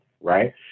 right